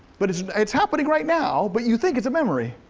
but it's it's happening right now, but you think it's a memory.